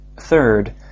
Third